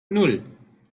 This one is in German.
nan